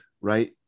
right